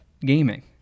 gaming